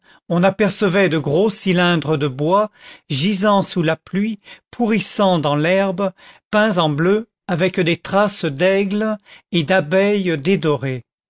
on apercevait de gros cylindres de bois gisant sous la pluie pourrissant dans l'herbe peints en bleu avec des traces d'aigles et d'abeilles dédorées